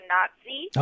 Nazi